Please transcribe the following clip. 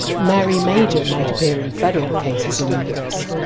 mary major might appear in federal cases in the us.